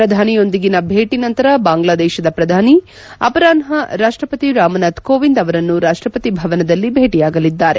ಪ್ರಧಾನಿಯೊಂದಿಗಿನ ಭೇಟಿ ನಂತರ ಬಾಂಗ್ಲಾದೇಶದ ಪ್ರಧಾನಿ ಅಪರಾಹ್ನ ರಾಷ್ಲಪತಿ ರಾಮನಾಥ್ ಕೋವಿಂದ್ ಅವರನ್ನು ರಾಷ್ಲಪತಿ ಭವನದಲ್ಲಿ ಭೇಟಿಯಾಗಲಿದ್ದಾರೆ